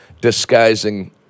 disguising